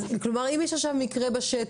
אז כלומר אם יש עכשיו מקרה בשטח,